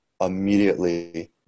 Immediately